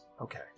Okay